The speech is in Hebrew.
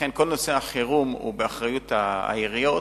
כל נושא החירום הוא באחריות העיריות,